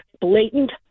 blatant